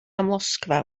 amlosgfa